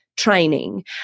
training